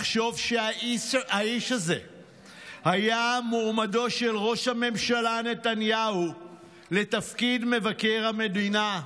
לחשוב שהאיש הזה היה מועמדו של ראש הממשלה נתניהו לתפקיד מבקר המדינה.